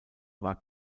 war